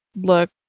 look